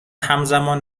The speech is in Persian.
همزمان